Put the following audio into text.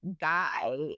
guy